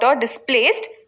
displaced